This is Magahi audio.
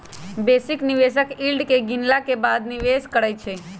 बेशी निवेशक यील्ड के गिनला के बादे निवेश करइ छै